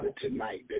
tonight